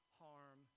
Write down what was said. harm